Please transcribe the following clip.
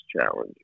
challenge